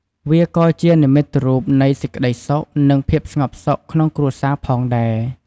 វាក៏ជានិមិត្តរូបនៃ សេចក្តីសុខ និង ភាពស្ងប់សុខ ក្នុងគ្រួសារផងដែរ។